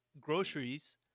groceries